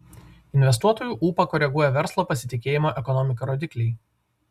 investuotojų ūpą koreguoja verslo pasitikėjimo ekonomika rodikliai